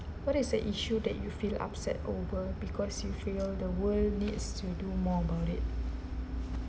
what is the issue that you feel upset over because you feel the world needs to do more about it